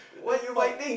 why you fight